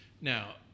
now